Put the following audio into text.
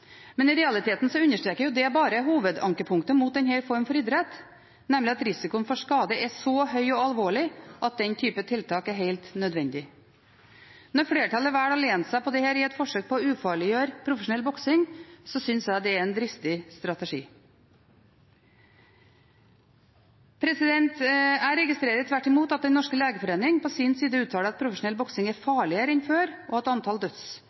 Men i realiteten understreker det bare hovedankepunktet mot denne formen for idrett, nemlig at risikoen for skade er så høy og alvorlig at denne typen tiltak er helt nødvendig. Når flertallet velger å lene seg på dette i et forsøk på å ufarliggjøre profesjonell boksing, synes jeg det er en dristig strategi. Jeg registrerer tvert imot at Den norske legeforening på sin side uttaler at profesjonell boksing er farligere enn før, og at antall